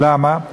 למה?